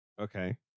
Okay